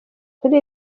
kuri